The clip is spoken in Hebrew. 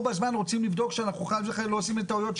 בזמן אנחנו רוצים לבדוק שאנחנו חס וחלילה לא עושים טעויות.